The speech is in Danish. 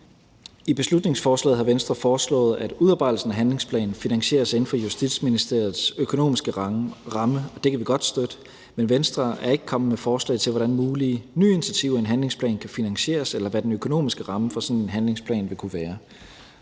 I beslutningsforslaget har Venstre foreslået, at udarbejdelsen af handlingsplanen finansieres inden for Justitsministeriets økonomiske ramme, og det kan vi godt støtte, men Venstre er ikke kommet med forslag til, hvordan mulige nye initiativer i en handlingsplan kan finansieres, eller hvad den økonomiske ramme for sådan en handlingsplan vil kunne være.